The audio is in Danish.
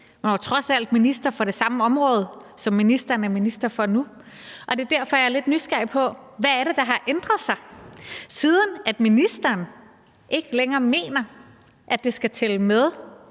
han var trods alt minister for det samme område, som han er minister for nu. Og det er derfor, jeg er lidt nysgerrig på: Hvad er det, der har ændret sig, siden ministeren ikke længere mener, at ens læretid skal tælle med,